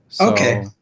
Okay